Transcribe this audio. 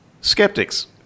Skeptics